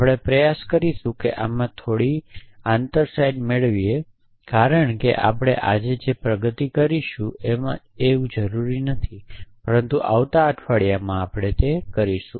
આપણે પ્રયાસ કરીશું કે આમાં થોડી આંતરસાઇડ મેળવીશું કારણ કે આપણે આજે પ્રગતિ કરીશું એમ જરૂરી નથી પરંતુ આવતા અઠવાડિયામાં કરીશું